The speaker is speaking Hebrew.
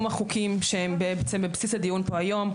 החוקים שהם בעצם בבסיס הדיון פה היום,